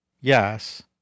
yes